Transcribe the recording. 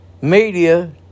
media